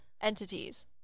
Entities